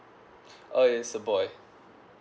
uh yes it's a boy